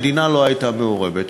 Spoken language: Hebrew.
המדינה לא הייתה מעורבת,